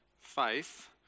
faith